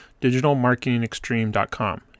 digitalmarketingextreme.com